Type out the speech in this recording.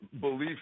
beliefs